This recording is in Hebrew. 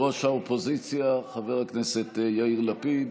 ראש האופוזיציה חבר הכנסת יאיר לפיד,